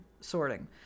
sorting